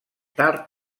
tard